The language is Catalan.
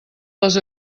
les